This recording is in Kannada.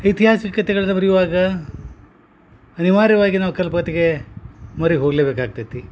ಐತಿಹಾಸಿಕ ಕತೆಗಳನ್ನ ಬರಿಯುವಾಗ ಅನಿವಾರ್ಯವಾಗಿ ನಾವು ಕಲ್ಪುವತ್ಗೆ ಮರೆ ಹೋಗ್ಲೇಬೇಕು ಆಗ್ತತಿ